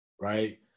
right